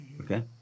okay